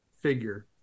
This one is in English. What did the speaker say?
figure